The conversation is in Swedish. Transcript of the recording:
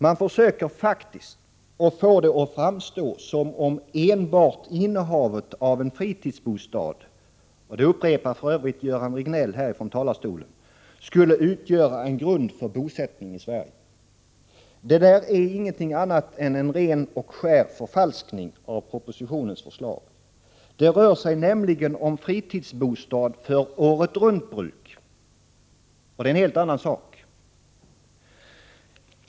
Man försöker faktiskt få det att framstå som om enbart innehavet av en fritidsbostad — det upprepade Göran Riegnell här från talarstolen — skulle utgöra en grund för bosättning i Sverige. Det är inget annat än en ren och skär förfalskning av propositionens förslag. Det rör sig nämligen om fritidsbostad för åretruntbruk — och det är en helt annan sak.